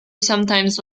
sometimes